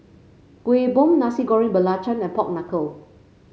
Kuih Bom Nasi Goreng Belacan and Pork Knuckle